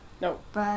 Nope